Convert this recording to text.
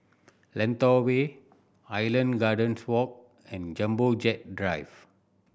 Lentor Way Island Gardens Walk and Jumbo Jet Drive